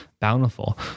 Bountiful